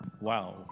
Wow